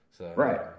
Right